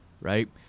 right